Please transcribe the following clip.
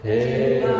Hey